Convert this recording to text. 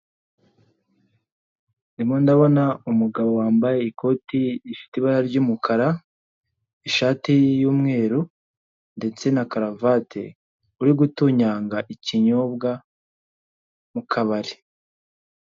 Ndimo ndabona umugabo wambaye ikote rifite ibara ry'umukara, ishati y'umweru, ndetse na karuvati uri gutunyanga ikinyobwa mu kabari.